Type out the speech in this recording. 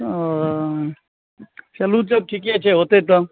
ओ चलु तऽ ठीके छै होतै तऽ